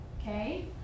okay